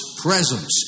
presence